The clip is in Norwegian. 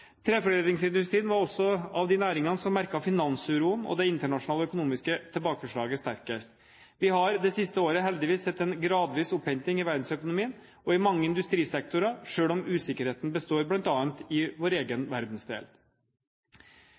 Treforedlingsindustrien var også av de næringene som merket finansuroen og det internasjonale økonomiske tilbakeslaget sterkest. Vi har det siste året, heldigvis, sett en gradvis opphenting i verdensøkonomien og i mange industrisektorer, selv om usikkerheten består, bl.a. i vår egen verdensdel.